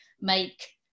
make